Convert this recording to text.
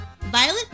Violet